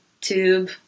tube